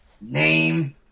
Name